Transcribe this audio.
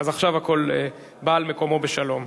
עכשיו הכול בא על מקומו בשלום.